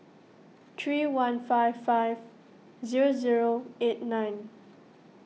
three one five five zero zero eight nine